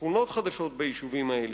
ושכונות חדשות ביישובים האלה,